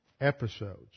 episodes